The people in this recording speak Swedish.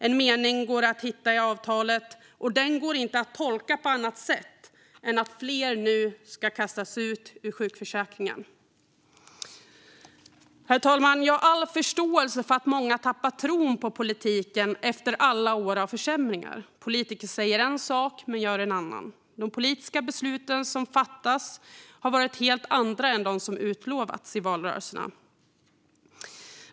En mening går det att hitta i avtalet, och den går inte att tolka på annat sätt än att fler nu ska kastas ut ur sjukförsäkringen. Herr talman! Jag har all förståelse för att många tappat tron på politiken efter alla år av försämringar. Politiker säger en sak men gör en annan. De politiska beslut som fattats har varit helt andra än dem som utlovats i valrörelserna.